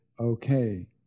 Okay